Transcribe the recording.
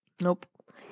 Nope